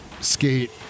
skate